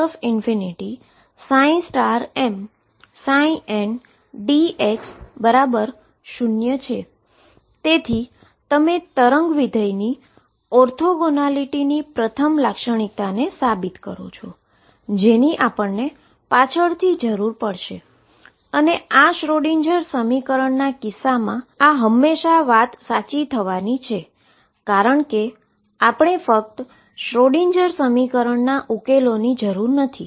તેથી તમે વેવ ફંક્શનની ઓર્થોગોનાલીટીની પ્રથમ લાક્ષણિકતાને સાબિત કરો છો જેની આપણને પાછ્ળ થી જરૂર પડશે અને શ્રોડિંજર Schrödinger સમીકરણના કિસ્સામાં આ હંમેશાં સાચી સાબિત થવાની છે કારણ કે આપણે ફક્ત શ્રોડિંજર Schrödinger સમીકરણના ઉકેલોની જરૂર નથી